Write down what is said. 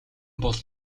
бол